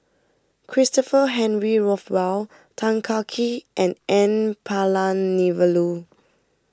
Christopher Henry Rothwell Tan Kah Kee and N Palanivelu